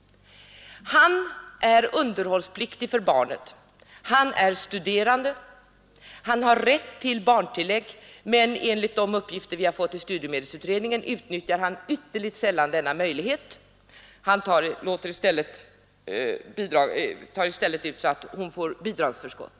Han är underhållspliktig för barnet, han är studerande, han har rätt till barntillägg men enligt de uppgifter vi har fått i studiemedelsutredningen utnyttjar han ytterligt sällan denna möjlighet. Han ordnar det i stället så att modern får bidragsförskott.